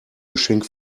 geschenk